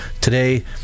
Today